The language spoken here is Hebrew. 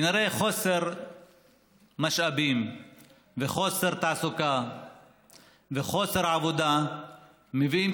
כנראה חוסר משאבים וחוסר תעסוקה וחוסר עבודה מביאים,